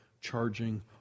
charging